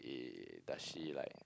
uh does she like